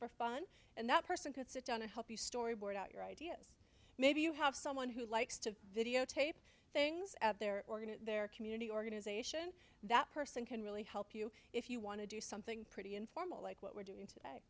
for fun and that person could sit down and help you storyboard out your ideas maybe you have someone who likes to videotape things at their organ in their community organization that person can really help you if you want to do something pretty informal like what we're doing